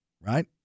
right